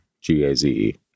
g-a-z-e